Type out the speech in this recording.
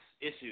issues